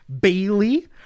Bailey